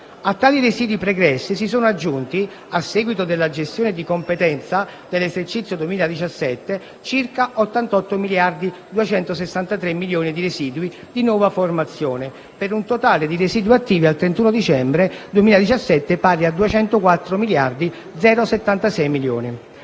A tali residui pregressi si sono aggiunti, a seguito della gestione di competenza dell'esercizio 2017, circa 88.263 milioni di residui di nuova formazione, per un totale di residui attivi al 31 dicembre 2017 pari a 204.076 milioni